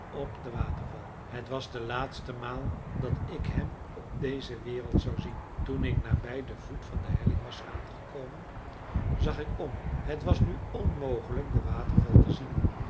op den waterval het was de laatste maal dat ik hem op deze wereld zou zien toen ik nabij den voet van de helling was aangekomen zag ik om het was nu onmogelijk den waterval te zien